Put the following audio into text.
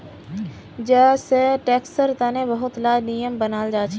जै सै टैक्सेर तने बहुत ला नियम बनाल जाछेक